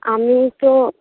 আমি তো